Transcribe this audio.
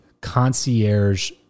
concierge